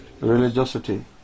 religiosity